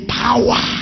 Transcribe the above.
power